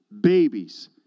Babies